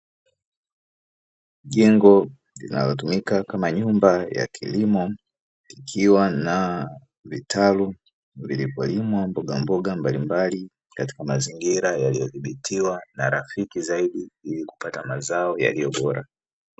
Jengo linalotumika kama nyumba ya kilimo, ikiwa na vitalu vilivyolimwa mbogamboga mbalimbali, katika mazingira yaliyodhibitiwa na rafiki zaidi ili kupata mazao yaliyo bora.